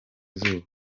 izuba